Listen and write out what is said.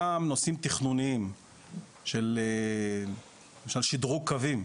בנוסף, נושאים תכנוניים של שדרוג הקווים,